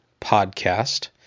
Podcast